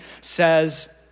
says